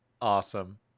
awesome